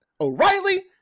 O'Reilly